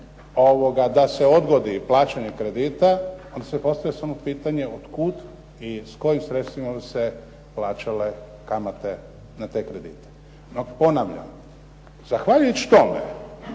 da se odgodi plaćanje kredita, onda se postavlja samo pitanje otkud i s kojim sredstvima bi se plaćale kamate na te kredite? No ponavljam, zahvaljujući tome